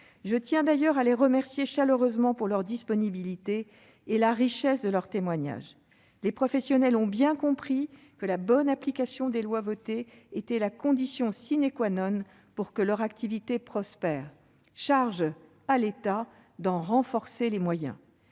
Je tiens d'ailleurs à les remercier chaleureusement de leur disponibilité et de la richesse de leurs témoignages. Les professionnels ont bien compris que la bonne application des lois votées était la condition pour que leur activité prospère. Charge à l'État d'en renforcer les moyens.